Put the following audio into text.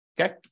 Okay